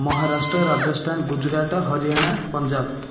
Maharashtra Rajasthan Gujarat Haryana Punjab